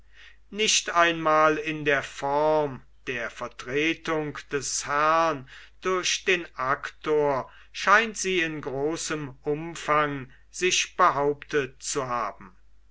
nicht einmal in der form der vertretung des herrn durch den actor scheint sie in großem umfang sich behauptet zu haben